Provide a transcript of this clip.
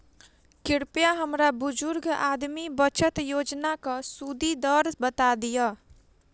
कृपया हमरा बुजुर्ग आदमी बचत योजनाक सुदि दर बता दियऽ